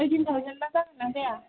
eighteen थावजेनबा जागोनना जाया